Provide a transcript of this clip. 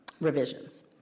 revisions